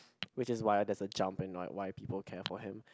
which is why there's a jump and like why people care for him